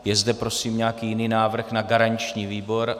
Je zde prosím nějaký jiný návrh na garanční výbor?